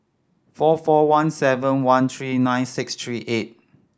four four one seven one three nine six three eight